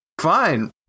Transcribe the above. fine